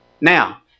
Now